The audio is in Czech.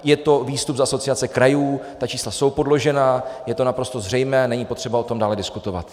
Je to výstup z Asociace krajů, ta čísla jsou podložená, je to naprosto zřejmé, není potřeba o tom dále diskutovat.